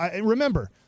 Remember